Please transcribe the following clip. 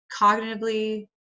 cognitively